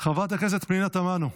חבר הכנסת אבי מעוז,